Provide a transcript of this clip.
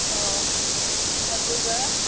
ꯑꯧ ꯑꯗꯨꯒ